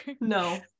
No